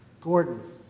Gordon